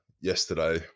yesterday